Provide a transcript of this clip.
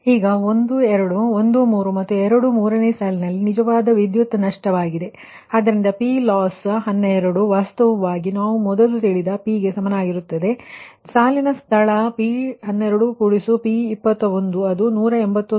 ಈಗ 1 2 1 3 ಮತ್ತು 2 3 ನೇ ಸಾಲಿನಲ್ಲಿ ನಿಜವಾದ ವಿದ್ಯುತ್ ನಷ್ಟವಾಗಿದೆ ಆದ್ದರಿಂದ PLOSS 12 ವಾಸ್ತವವಾಗಿ ನಾವು ಮೊದಲು ತಿಳಿದ P ಸಮನಾಗಿರುತ್ತದೆ ನಿಮ್ಮ ಸಾಲಿನ ಸ್ಥಳ P12P21 ಅದು 181